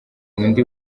undi